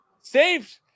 Saved